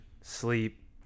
sleep